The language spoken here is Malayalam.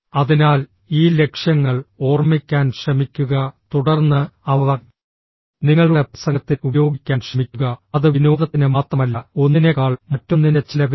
അതിനാൽ ഈ ലക്ഷ്യങ്ങൾ ഓർമ്മിക്കാൻ ശ്രമിക്കുക തുടർന്ന് അവ നിങ്ങളുടെ പ്രസംഗത്തിൽ ഉപയോഗിക്കാൻ ശ്രമിക്കുക അത് വിനോദത്തിന് മാത്രമല്ല ഒന്നിനെക്കാൾ മറ്റൊന്നിന്റെ ചെലവിലല്ല